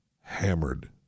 hammered